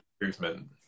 improvement